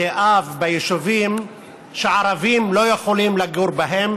בתי אב, ביישובים שערבים לא יכולים לגור בהם.